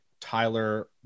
Tyler